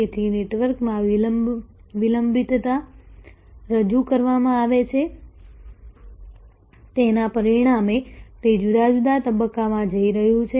તેથી નેટવર્કમાં વિલંબિતતા રજૂ કરવામાં આવે છે તેના પરિણામે તે જુદા જુદા તબક્કામાં જઈ રહ્યું નથી